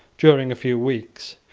during a few weeks,